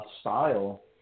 style